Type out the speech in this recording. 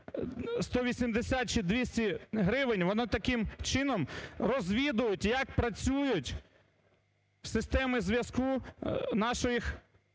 180 чи 200 гривень, вони таким чином розвідують, як працюють системи зв'язку наших